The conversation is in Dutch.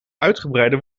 uitgebreide